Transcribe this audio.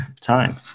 Time